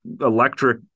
electric